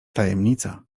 tajemnica